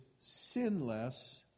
sinless